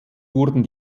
wurden